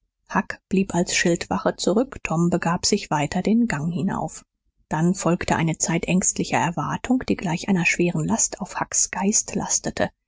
blieb als schildwache zurück tom begab sich weiter den gang hinauf dann folgte eine zeit ängstlicher erwartung die gleich einer schweren last auf hucks geist lastete